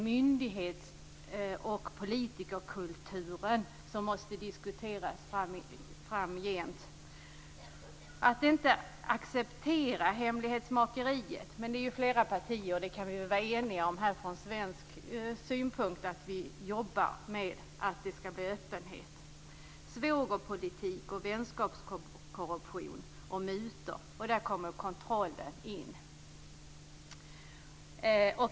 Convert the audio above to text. · Myndighets och politikerkulturen. Den måste diskuteras framgent. Vi skall inte acceptera hemlighetsmakeriet. Det kan vi vara eniga om här från svensk sida. Vi jobbar för att det skall bli öppenhet. · Svågerpolitik, vänskapskorruption och mutor. Här kommer kontrollen in.